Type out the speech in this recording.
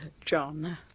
John